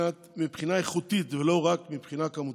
מבחינה איכותית, ולא רק מבחינה כמותית.